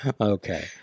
Okay